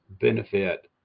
benefit